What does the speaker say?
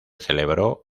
celebró